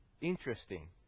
interesting